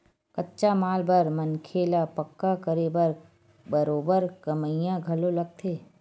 कच्चा माल बर मनखे ल पक्का करे बर बरोबर कमइया घलो लगथे